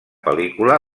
pel·lícula